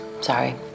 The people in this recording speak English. sorry